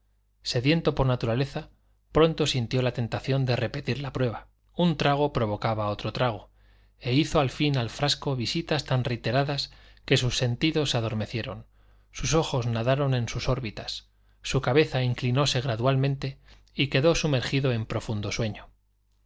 sediento por naturaleza pronto sintió la tentación de repetir la prueba un trago provocaba otro trago e hizo al fin al frasco visitas tan reiteradas que sus sentidos se adormecieron sus ojos nadaron en sus órbitas su cabeza inclinóse gradualmente y quedó sumergido en profundo sueño